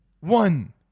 One